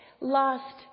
lost